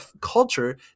culture